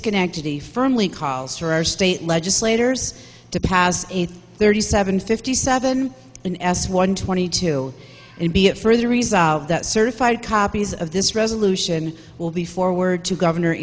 schenectady firmly calls for our state legislators to pass thirty seven fifty seven n s one twenty two and be it further resolved that certified copies of this resolution will be forward to governor